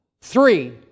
Three